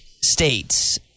States